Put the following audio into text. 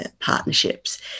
partnerships